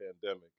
pandemic